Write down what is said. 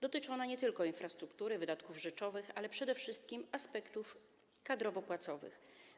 Dotyczy ona nie tylko infrastruktury, wydatków rzeczowych, ale też przede wszystkim aspektów kadrowo-płacowych.